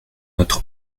notre